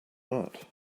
that